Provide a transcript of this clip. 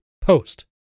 post